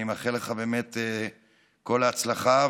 אני מאחל לך את כל ההצלחה.